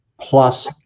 plus